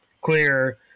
clear